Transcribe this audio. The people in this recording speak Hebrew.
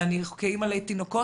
כאימא לתינוקות,